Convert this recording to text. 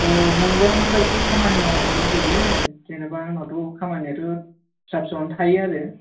औ नोंबा माबायदि खामानि मावनो लुगैयो जेन'बा आंनाथ' खामानियाथ' फिसा फिसौआनो थायो आरो